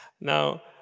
Now